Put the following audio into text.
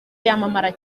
yamamara